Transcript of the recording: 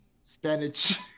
Spanish